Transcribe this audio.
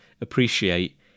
appreciate